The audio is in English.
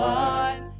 one